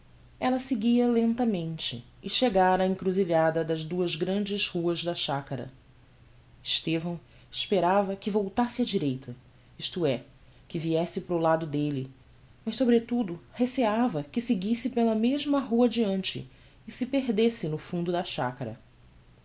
creatura ella seguia lentamente e chegara á encrusilhada das duas grandes ruas da chacara estevão esperava que voltasse á direita isto é que viesse para o lado delle mas sobretudo receiava que seguisse pela mesma rua adiante e se perdesse no fundo da chacara